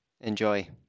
Enjoy